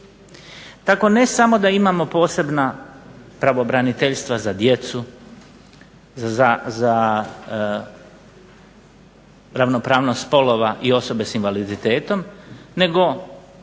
Tako ne samo da imamo posebna pravobraniteljstva za djecu, za ravnopravnost spolova i osobe s invaliditetom nego